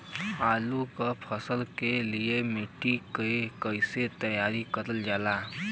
आलू क फसल के लिए माटी के कैसे तैयार करल जाला?